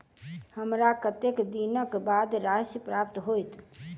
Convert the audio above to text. हमरा कत्तेक दिनक बाद राशि प्राप्त होइत?